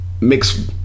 mix